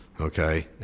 Okay